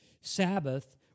Sabbath